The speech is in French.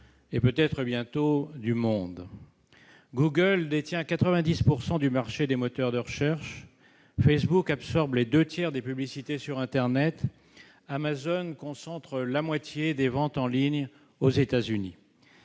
et, peut-être bientôt, du monde. Google détient 90 % du marché des moteurs de recherche. Facebook absorbe les deux tiers des publicités sur internet. Amazon concentre la moitié des ventes en ligne aux États-Unis.